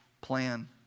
plan